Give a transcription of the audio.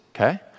okay